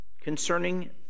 concerning